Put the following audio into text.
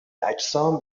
اجسام